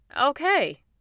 okay